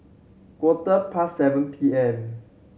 quarter past seven P M